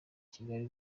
kigali